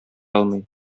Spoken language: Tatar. алмый